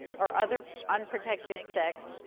or other unprotected sex,